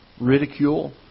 ridicule